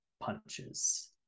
punches